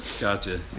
Gotcha